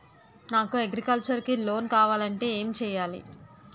నాకు అగ్రికల్చర్ కి లోన్ కావాలంటే ఏం చేయాలి?